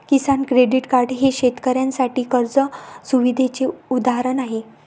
किसान credit card हे शेतकऱ्यांसाठी कर्ज सुविधेचे उदाहरण आहे